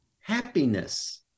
happiness